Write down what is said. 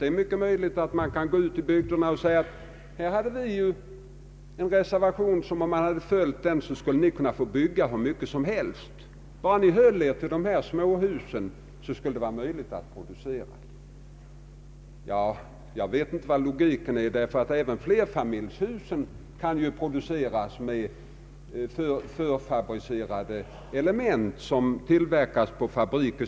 Det är mycket möjligt att man från både folkpartiet och centerpartiet tror sig kunna gå ut i bygderna och säga: Om riksdagen följt vår reservation, så skulle ni kunnat få bygga hur mycket som helst, bara ni höll er till småhus. Jag kan inte finna någon logik i det resonemanget, för även flerfamiljshus kan ju produceras med förfabricerade element.